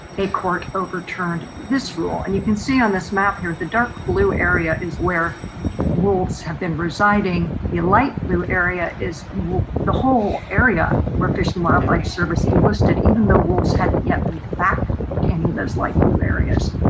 a court overturned this rule. and you can see on this map here the dark blue area is where wolves have been residing, the light blue area is the whole area where fish and wildlife service delisted even though wolves hadn't yet made it back any of those light blue areas.